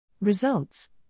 Results